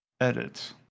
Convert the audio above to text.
edit